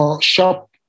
shop